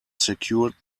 secured